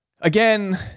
again